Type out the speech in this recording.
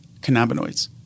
cannabinoids